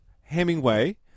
Hemingway